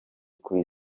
kuri